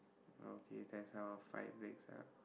okay that's how our fight breaks up